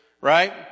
right